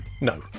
No